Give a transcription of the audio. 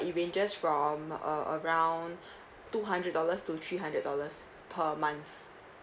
it ranges just from uh around two hundred dollars to three hundred dollars per month